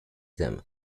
them